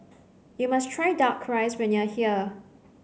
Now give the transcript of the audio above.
you must try duck rice when you are here